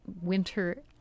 winter